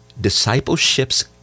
discipleship's